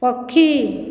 ପକ୍ଷୀ